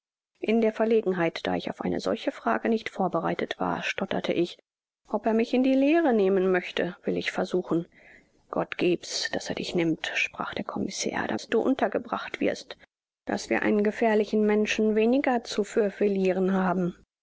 in der verlegenheit da ich auf eine solche frage nicht vorbereitet war stotterte ich ob er mich in die lehre nehmen möchte will ich versuchen gott geb's daß er dich nimmt sprach der commissair daß du untergebracht wirst daß wir einen gefährlichen menschen weniger zu fürveilliren haben